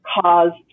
caused